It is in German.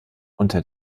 unter